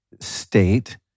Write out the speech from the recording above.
state